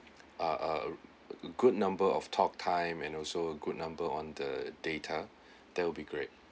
a a good number of talk time and also good number on the data that will be great